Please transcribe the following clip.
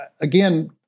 again